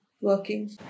working